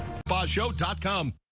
but show dot com.